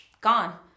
gone